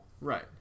right